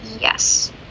Yes